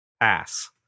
ass